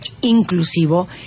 inclusivo